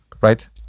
right